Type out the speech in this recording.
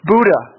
Buddha